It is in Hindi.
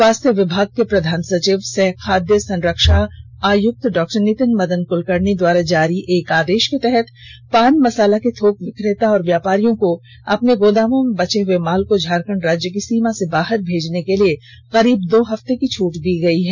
स्वास्थ्य विभाग के प्रधान सचिव सह खाद्य संरक्षा आयुक्त डॉ नितिन कुलकर्णी द्वारा जारी एक आदेश के तहत पान मसाला के थोक विक्रेता और व्यापारियों को अपने गोदामों में बचे हुए माल को झारखंड राज्य की सीमा से बाहर भेजने के लिए करीब दो हफ्ते की छूट दी गयी है